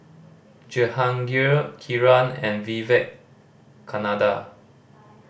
Jehangirr Kiran and Vivekananda